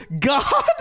God